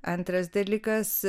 antras dalykas